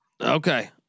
Okay